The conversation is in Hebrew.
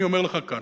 אני אומר לך כאן,